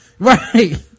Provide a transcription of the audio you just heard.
right